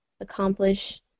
accomplish